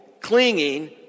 clinging